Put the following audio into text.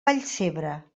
vallcebre